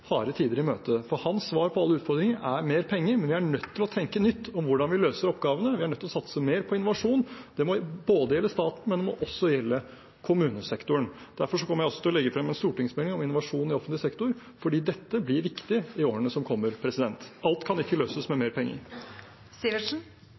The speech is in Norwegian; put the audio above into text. harde tider i møte, for hans svar på alle utfordringer er mer penger. Vi er nødt til å tenke nytt om hvordan vi løser oppgavene, vi er nødt til å satse mer på innovasjon. Det må gjelde staten, men det må også gjelde kommunesektoren. Derfor kommer jeg også til å legge frem en stortingsmelding om innovasjon i offentlig sektor, for dette blir viktig i årene som kommer. Alt kan ikke løses med